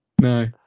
No